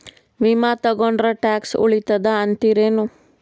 ವಿಮಾ ತೊಗೊಂಡ್ರ ಟ್ಯಾಕ್ಸ ಉಳಿತದ ಅಂತಿರೇನು?